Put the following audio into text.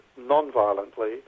non-violently